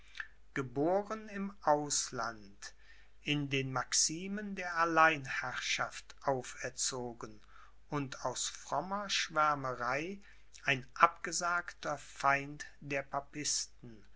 geboren im ausland in den maximen der alleinherrschaft auferzogen und aus frommer schwärmerei ein abgesagter feind der papisten